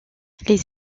les